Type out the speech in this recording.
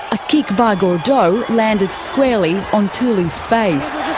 a kick by gordeau landed squarely on tuli's face.